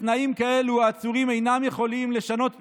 בתנאים כאלה העצורים אינם יכולים לשנות תנוחה,